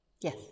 Yes